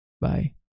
Bye